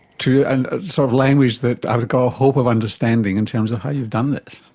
to and a sort of language that i've got a hope of understanding in terms of how you've done this.